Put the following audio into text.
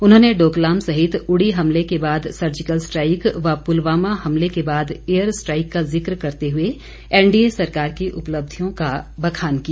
उन्होंने डोकलाम सहित उड़ी हमले के बाद सर्जिकल स्ट्राईक व पुलवामा हमले के बाद एयर स्ट्राईक का जिक करते हुए एनडीए सरकार की उपलब्धियों का बखान किया